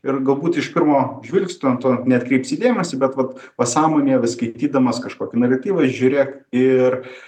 ir galbūt iš pirmo žvilgsnio tu neatkreipsi dėmesį bet vat pasąmonėje vis skaitydamas kažkokį naratyvą žiūrėk ir